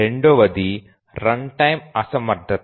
రెండవది రన్టైమ్ అసమర్థత